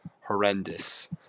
horrendous